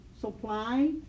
supply